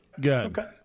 Good